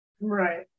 Right